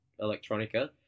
electronica